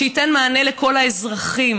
שייתן מענה לכל האזרחים,